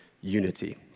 unity